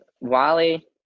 Wally